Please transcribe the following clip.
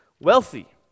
wealthy